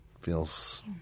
feels